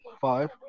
five